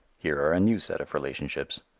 here are a new set of relationships.